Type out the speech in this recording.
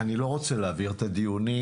אני לא רוצה להעביר את הדיונים